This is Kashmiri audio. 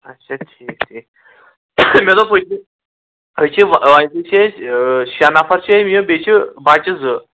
اچھا ٹھیٖک ٹھیٖک مےٚ دوٚپ أتی أسۍ چھِ أسۍ شےٚ نَفر چھِ أسۍ یِم بیٚیہِ چھِ بَچہٕ زٕ